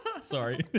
sorry